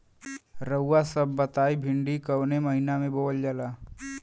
रउआ सभ बताई भिंडी कवने महीना में बोवल जाला?